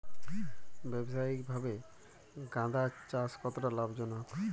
ব্যবসায়িকভাবে গাঁদার চাষ কতটা লাভজনক?